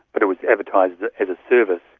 but it was advertised as a service.